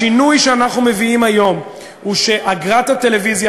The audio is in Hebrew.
השינוי שאנחנו מביאים היום הוא שאגרת הטלוויזיה,